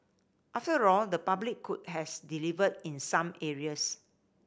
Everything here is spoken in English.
after all the public could has delivered in some areas